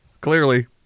clearly